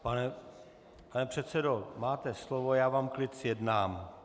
Pane předsedo, máte slovo, já vám klid zjednám.